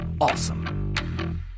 awesome